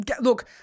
look